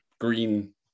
green